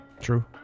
True